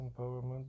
empowerment